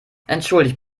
entschuldigt